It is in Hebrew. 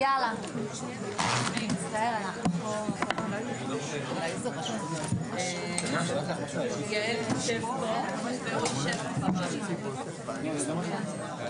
12:17.